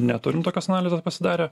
neturim tokios analizės pasidarę